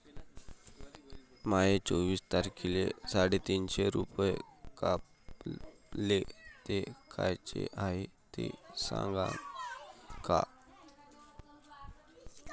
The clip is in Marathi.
माये चोवीस तारखेले साडेतीनशे रूपे कापले, ते कायचे हाय ते सांगान का?